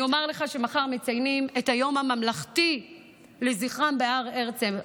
אני אומר לך שמחר מציינים את היום הממלכתי לזכרם בהר הרצל.